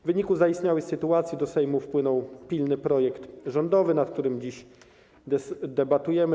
W wyniku zaistniałej sytuacji do Sejmu wpłynął pilny projekt rządowy, nad którym dziś debatujemy.